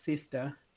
sister